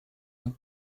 han